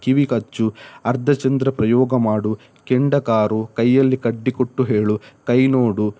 ಕಿವಿ ಕಚ್ಚು ಅರ್ಧಚಂದ್ರ ಪ್ರಯೋಗ ಮಾಡು ಕೆಂಡ ಕಾರು ಕೈಯಲ್ಲಿ ಕಡ್ಡಿಕೊಟ್ಟು ಹೇಳು ಕೈ ನೋಡು